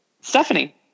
Stephanie